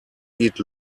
eat